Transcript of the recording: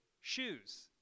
shoes